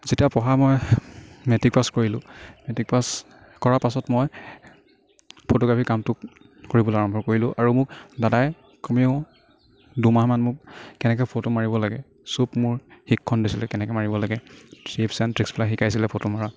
যেতিয়া পঢ়া মই মেট্ৰিক পাছ কৰিলো মেট্ৰিক পাছ কৰাৰ পাছত মই ফটোগ্ৰাফি কামটোক কৰিবলৈ আৰম্ভ কৰিলো আৰু মোক দাদাই কমেও দুমাহমান মোক কেনেকৈ ফটো মাৰিব লাগে চব মোৰ প্ৰশিক্ষণ দিছিলে কেনেকে মাৰিব লাগে ট্ৰিপচ এণ্ড ত্ৰিকচবিলাক শিকাইছিলে ফটো মৰাৰ